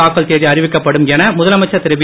தாக்கல் தேதி அறிவிக்கப்படும் என முதலமைச்சர் திருவி